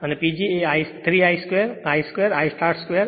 અને PG એ 3 i 2 I 2 I start 2 r2S છે